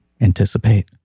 Anticipate